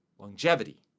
Longevity